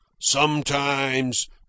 sometimes